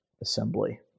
assembly